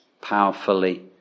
powerfully